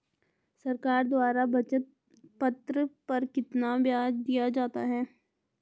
सरकार द्वारा बचत पत्र पर कितना ब्याज दिया जाता है?